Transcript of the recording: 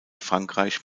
frankreich